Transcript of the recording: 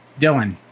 Dylan